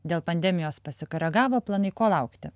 dėl pandemijos pasikoregavo planai ko laukti